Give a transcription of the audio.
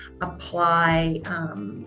apply